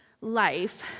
life